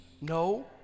no